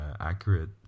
accurate